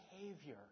behavior